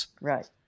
Right